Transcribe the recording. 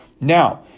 Now